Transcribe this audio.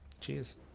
Cheers